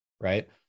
right